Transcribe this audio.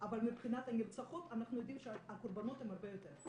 אבל מבחינת הנרצחות אנחנו יודעים שהקורבנות הן הרבה יותר.